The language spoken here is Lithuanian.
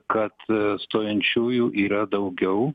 kad stojančiųjų yra daugiau